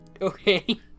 okay